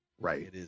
Right